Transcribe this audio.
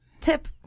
tip